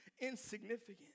insignificant